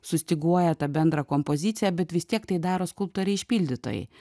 sustyguoja tą bendrą kompoziciją bet vis tiek tai daro skulptoriai išpildytojai